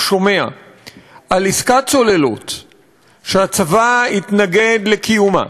שומע על עסקת צוללות שהצבא התנגד לקיומה,